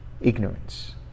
ignorance